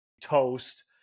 toast